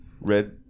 Red